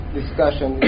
discussion